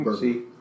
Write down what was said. see